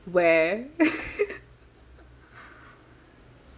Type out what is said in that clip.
where